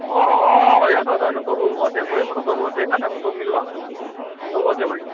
ଓଃ ହଁ ହଁ ଭାଇ ଆସ ଆସ ସେନୁ ସବୁ ଅଛି ବହିପତ୍ର ସବୁ ଅଛି ଖାତାପତ୍ର ସବୁ ମିଲ୍ବା ସବୁ ଅଛେ ଭାଇ